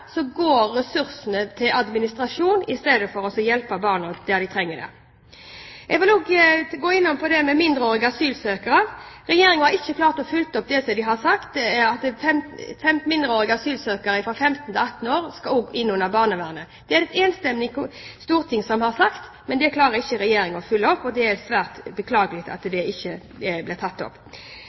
går til administrasjon i stedet for å hjelpe de barna som trenger det. Jeg vil også gå inn på det med enslige mindreårige asylsøkere. Regjeringen har ikke klart å følge opp det de har sagt, at også enslige mindreårige asylsøkere fra 15 til 18 år skal inn under barnevernet. Det har et enstemmig storting sagt, men det klarer ikke Regjeringen å følge opp, og det er svært beklagelig. Til slutt vil jeg ta opp forslagene nr. 1–4 i innstillingen. Representanten Solveig Horne har tatt opp